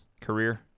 career